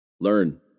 learn